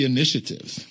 Initiatives